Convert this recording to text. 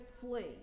flee